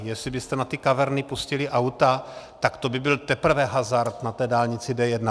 Pokud byste na ty kaverny pustili auta, tak to by byl teprve hazard na té dálnici D1.